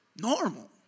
normal